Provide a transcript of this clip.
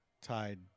tied